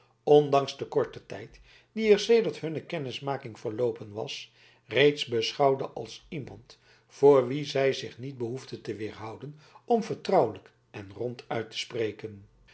ondanks den korten tijd die er sedert hunne kennismaking verloopen was reeds beschouwde als iemand voor wien zij zich niet behoefde te weerhouden om vertrouwelijk en ronduit te spreken